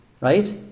right